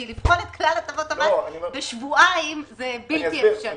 כי לבחון את כלל הטבות המס בשבועיים זה בלתי אפשרי,